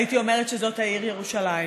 הייתי אומרת שזאת העיר ירושלים.